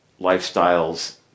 lifestyles